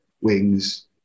wings